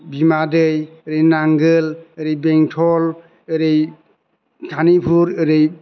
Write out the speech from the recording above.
बिमा दै ओरै नांगोल ओरै बेंथल ओरै थानिफुर ओरै